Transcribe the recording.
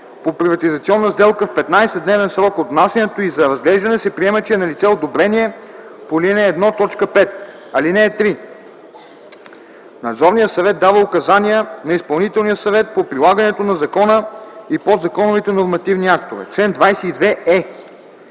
по приватизационна сделка в 15-дневен срок от внасянето й за разглеждане, се приема, че е налице одобрение по ал. 1, т. 5. (3) Надзорният съвет дава указания на изпълнителния съвет по прилагането на закона и подзаконовите нормативни актове. Чл. 22е.